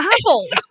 apples